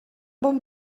bon